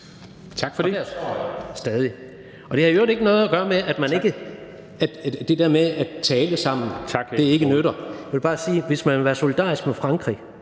jeg stadig. Og det har i øvrigt ikke noget at gøre med, at det der med at tale sammen ikke nytter. Jeg vil bare sige, at hvis man vil være solidarisk med Frankrig,